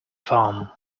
farm